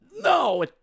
No